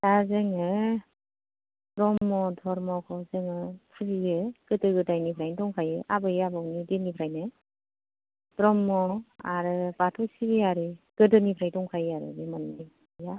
दा जोङो ब्रम्ह धोरोमखौ जोङो फुजियो गोदो गोदायनिफ्रायनो दंखायो आबै आबौनि दिननिफ्रायनो ब्रम्ह आरो बाथौ सिबियारि गोदोनिफ्राय दंखायो आरो बे मोननैया